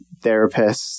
therapists